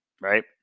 right